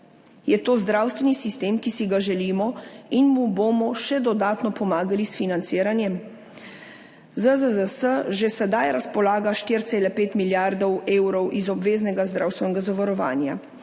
je to zdravstveni sistem, ki si ga želimo in mu bomo še dodatno pomagali s financiranjem? ZZZS že sedaj razpolaga s 4,5 milijarde evrov iz obveznega zdravstvenega zavarovanja,